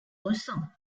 ressent